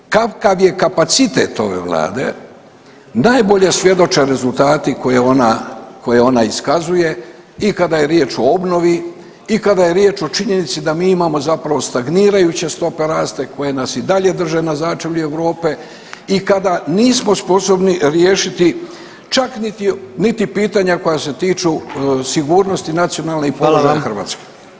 Kakav je kapacitet ove vlade najbolje svjedoče rezultati koje ona iskazuje i kada je riječ o obnovi i kada je riječ o činjenici da mi imamo zapravo stagnirajuće stope rasta koje nas i dalje drže na začelju Europe i kada nismo sposobni riješiti čak niti pitanja koja se tiču sigurnosti nacionalnih politika Hrvatske.